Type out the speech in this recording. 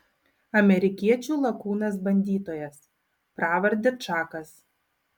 amerikiečių lakūnas bandytojas pravarde čakas